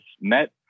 met